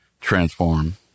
transform